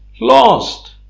lost